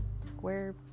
square